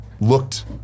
looked